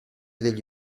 degli